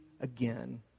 again